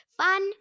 Fun